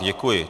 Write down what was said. Děkuji.